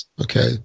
okay